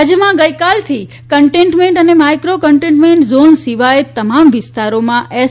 T રાજ્યમાં ગઇકાલથી containment અને માઇક્રો કન્ટેન્ટમેન્ટ ઝોન સિવાય તમામ વિસ્તારોમાં એસ